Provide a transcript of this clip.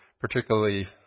particularly